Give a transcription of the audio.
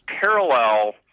parallel